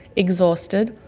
exhausted,